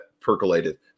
percolated